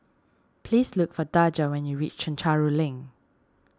please look for Daja when you reach Chencharu Link